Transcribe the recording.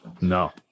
no